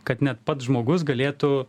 kad net pats žmogus galėtų